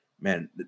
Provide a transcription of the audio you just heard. man